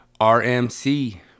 RMC